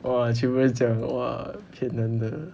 !wah! 全部人讲哇骗人的